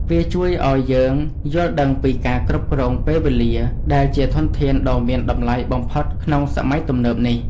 វាជួយឱ្យយើងយល់ដឹងពីការគ្រប់គ្រងពេលវេលា ដែលជាធនធានដ៏មានតម្លៃបំផុតក្នុងសម័យទំនើបនេះ។